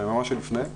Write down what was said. ביממה שלפני,